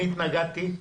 אני התנגדתי,